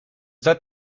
that